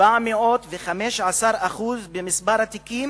715% במספר התיקים